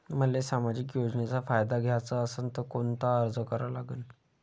मले सामाजिक योजनेचा फायदा घ्याचा असन त कोनता अर्ज करा लागन?